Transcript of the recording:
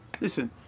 listen